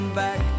back